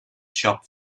shop